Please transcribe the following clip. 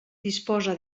disposa